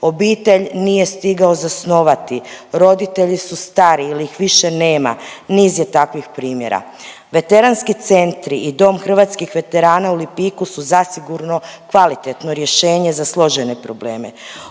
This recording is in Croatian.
obitelj nije stigao zasnovati, roditelji su stari ili ih više nema, niz je takvih primjera. Veteranski centri i Dom hrvatskih veterana u Lipiku su zasigurno kvalitetno rješenje za složene probleme.